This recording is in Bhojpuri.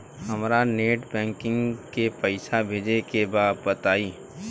हमरा नेट बैंकिंग से पईसा भेजे के बा बताई?